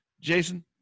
Jason